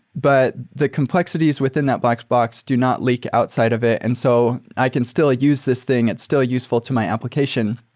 but the complexities within that black box do not leak outside of it. and so i can still use this thing. it's still useful to my application,